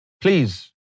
please